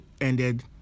ended